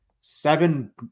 seven